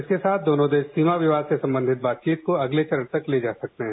इसके साथ दोनों देश सीमा विवाद से संबंधित बातचीत को अगले चरण तक ले जा सकते हैं